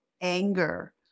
anger